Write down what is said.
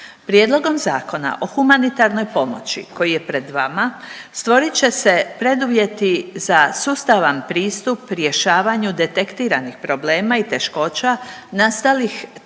Prijedlogom Zakona o humanitarnoj pomoći koji je pred vama stvorit će se preduvjeti za sustavan pristup rješavanju detektiranih problema i teškoća nastalih tijekom